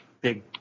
big